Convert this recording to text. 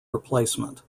replacement